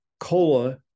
Cola